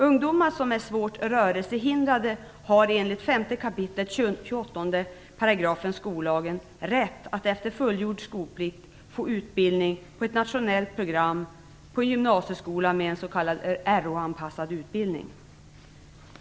Ungdomar som är svårt rörelsehindrade har enligt 5 kap. 28 § skollagen rätt att efter fullgjord skolplikt få utbildning på ett nationellt program på gymnasieskolan med en s.k. Rh-anpassad utbildning.